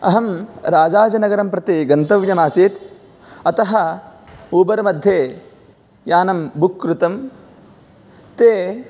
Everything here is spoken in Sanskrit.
अहं राजाजिनगरं प्रति गन्तव्यमासीत् अतः ऊबर् मध्ये यानं बुक् कृतं ते